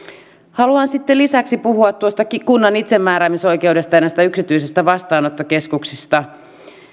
haluan sitten lisäksi puhua kunnan itsemääräämisoikeudesta ja näistä yksityisistä vastaanottokeskuksista